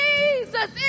Jesus